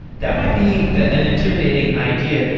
that might be an intimidating idea.